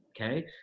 Okay